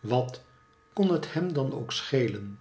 wat kon het hem dan ook schelen